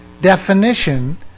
definition